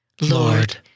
Lord